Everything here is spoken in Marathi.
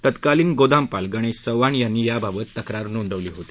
तत्कालिन गोदामपाल गणशीचव्हाण यांनी याबाबत तक्रार नोंदवली होती